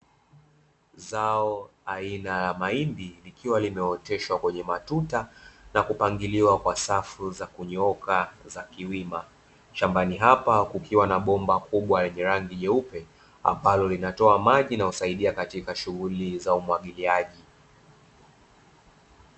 Zao aina ya mahindi likiwa limeoteshwa kwenye matuta na kupangiliwa kwa safu za kunyooka za kiwima, shambani hapa kukiwa na bomba kubwa lenye rangi nyeupe, ambalo linatoa maji na yanayosaidia katika shughuli za umwagiliaji.